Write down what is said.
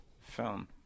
film